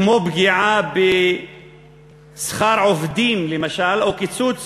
כמו פגיעה בשכר עובדים למשל, או קיצוץ